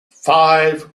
five